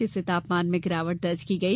जिससे तापमान में गिरावट दर्ज की गई